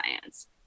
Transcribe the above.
science